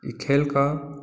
ई खेलके